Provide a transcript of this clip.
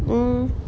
um